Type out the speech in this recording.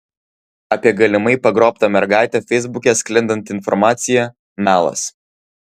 apie galimai pagrobtą mergaitę feisbuke sklindanti informacija melas